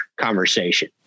conversation